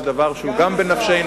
זה כמובן דבר שגם הוא בנפשנו,